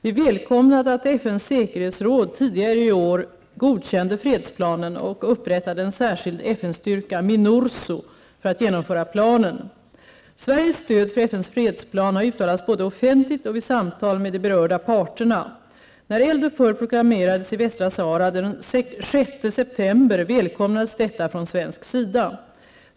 Vi välkomnade att FNs säkerhetsråd tidigare i år godkände fredsplanen och upprättade en särskild FN-styrka, MINURSO, för att genomföra planen. Sveriges stöd för FNs fredsplan har uttalats både offentligt och vid samtal med de berörda parterna. 6 september välkomnades detta från svensk sida.